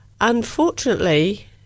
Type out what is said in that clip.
unfortunately